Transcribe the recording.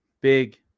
big